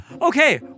Okay